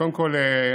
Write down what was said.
קודם כול,